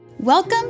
Welcome